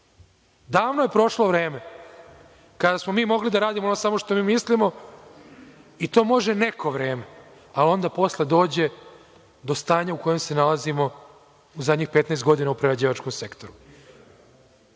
Davno je prošlo vreme kada smo mi mogli da radimo ono samo što mi mislimo i to može neko vreme, a onda posle dođe do stanja u kojem se nalazimo u zadnjih 15 godina u prerađivačkom sektoru.